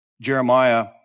Jeremiah